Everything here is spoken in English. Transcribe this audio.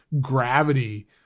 gravity